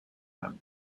them